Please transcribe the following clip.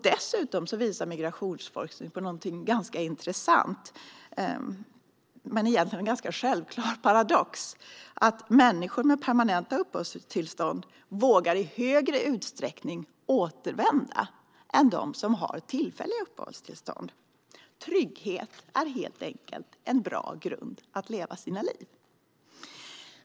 Dessutom visar migrationsforskning på någonting ganska intressant, men som egentligen är en ganska självklar paradox, nämligen att människor med permanenta uppehållstillstånd i större utsträckning vågar återvända än de människor som har tillfälliga uppehållstillstånd. Trygghet är helt enkelt en bra grund för att leva sitt liv.